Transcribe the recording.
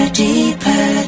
deeper